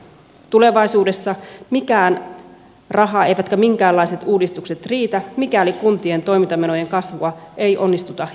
tulevaisuudessa ei mikään raha eivätkä minkäänlaiset uudistukset riitä mikäli kuntien toimintamenojen kasvua ei onnistuta hillitsemään